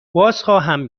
بازخواهم